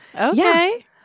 Okay